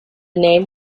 name